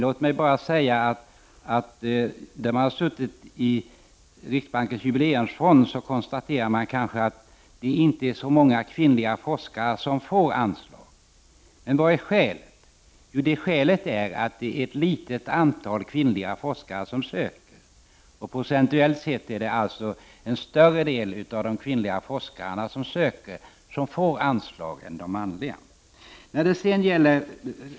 Låt mig bara säga att om man har suttit i riksbankens jubileumsfond konstaterar man kanske att det inte är så många kvinnliga forskare som får anslag. Vad är skälet? Skälet är att det är ett litet antal kvinnliga forskare som söker. Procentuellt sett är det en större andel av de kvinnliga forskarna som söker som får anslag än av de manliga.